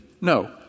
No